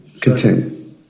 Continue